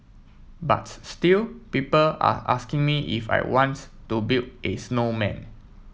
but still people are asking me if I want to build a snowman